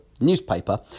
newspaper